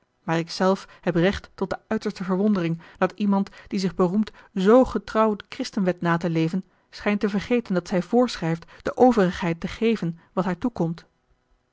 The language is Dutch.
maar ik zelf heb recht tot de uiterste verwondering dat iemand die zich beroemt zoo getrouw de christenwet na te leven schijnt te vergeten dat zij voorschrijft de overigheid te geven wat haar toekomt